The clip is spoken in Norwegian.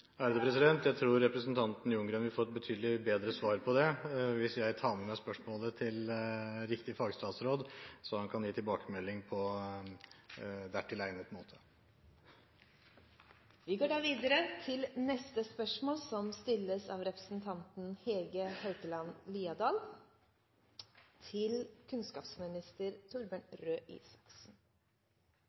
Jeg tror representanten Ljunggren vil få et betydelig bedre svar på det hvis jeg tar med meg spørsmålet til riktig fagstatsråd, så han kan gi tilbakemelding på dertil egnet måte. Dette spørsmålet er utsatt, da